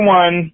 one